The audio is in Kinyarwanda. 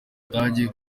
budage